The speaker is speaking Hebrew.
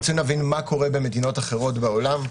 רצינו להבין מה קורה במדינות אחרות בעולם.